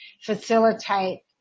facilitate